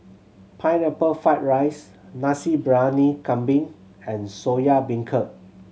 Pineapple Fried rice Nasi Briyani Kambing and Soya Beancurd